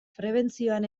prebentzioan